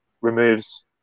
removes